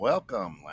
Welcome